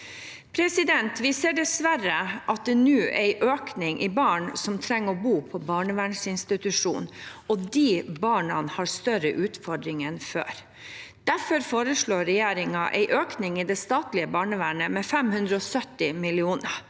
aktiviteter. Vi ser dessverre at det nå er en økning i antall barn som trenger å bo på en barnevernsinstitusjon, og disse barna har større utfordringer enn før. Derfor foreslår regjeringen en økning i det statlige barnevernet med 570 mill. kr.